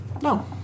No